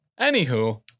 Anywho